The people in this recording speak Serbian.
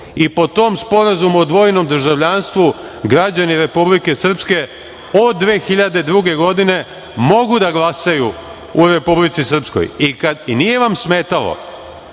i po tom sporazumu o dvojnom državljanstvu, građani Republike Srpske od 2002. godine mogu da glasaju u Republici Srpskoj i nije vam smetalo